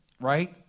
right